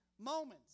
moments